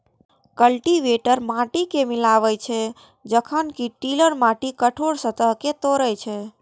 cultivator माटि कें मिलाबै छै, जखन कि टिलर माटिक कठोर सतह कें तोड़ै छै